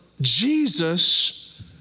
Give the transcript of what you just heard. Jesus